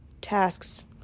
tasks